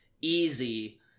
easy